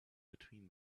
between